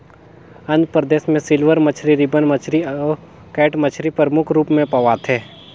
आंध्र परदेस में सिल्वर मछरी, रिबन मछरी अउ कैट मछरी परमुख रूप में पवाथे